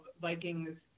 Vikings